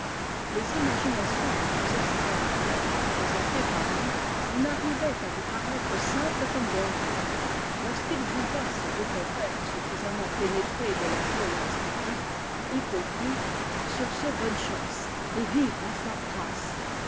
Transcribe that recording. les imaginations les plus extraordinaires présentées par lui en arrivaient à vous paraître simples comme bon jour lorsqu'il jugea ses deux compères suffisamment péné trés de leurs rôles respectifs il conclut sur ce bonne chance et vive la foire grasse